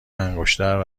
انگشتر